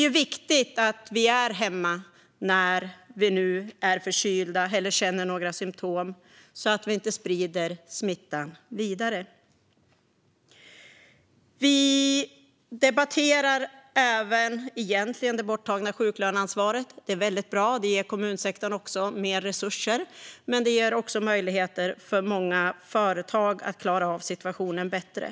Det är viktigt att vi är hemma när vi är förkylda eller känner några symtom så att vi inte sprider smittan vidare. Vi debatterar även egentligen det borttagna sjuklöneansvaret. Det är väldigt bra. Det ger också kommunsektorn mer resurser. Men det ger också möjligheter för många företag att klara av situationen bättre.